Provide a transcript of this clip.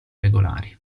regolari